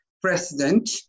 president